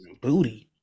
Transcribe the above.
booty